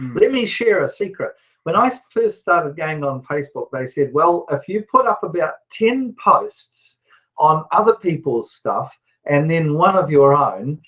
let me share a secret when i so first started going on facebook they said, well if you put up about ten posts on other people's stuff and then one of your own,